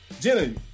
Jenny